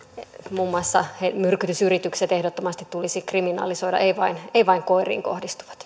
muun muassa myrkytysyritykset ehdottomasti tulisi kriminalisoida ei vain ei vain koiriin kohdistuvat